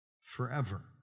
forever